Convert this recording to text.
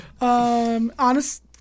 Honest